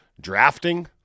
drafting